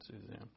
Suzanne